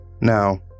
Now